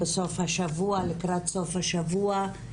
לקראת סוף השבוע.